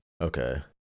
Okay